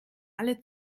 alle